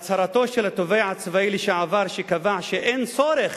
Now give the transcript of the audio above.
הצהרתו של התובע הצבאי לשעבר שקבע שאין צורך